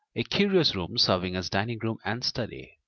a curious room serving as dining-room and study.